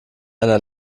einer